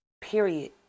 period